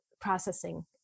processing